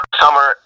summer